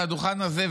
על הדוכן הזה,